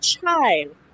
child